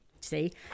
see